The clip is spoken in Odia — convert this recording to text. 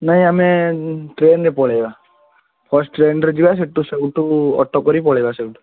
ନାଇ ଆମେ ଟ୍ରେନ୍ରେ ପଳେଇବା ଫାର୍ଷ୍ଟ ଟ୍ରେନ୍ରେ ଯିବା ସେଠୁ ସେଉଠୁ ଅଟୋ କରିକି ପଳେଇବା ସେଉଠୁ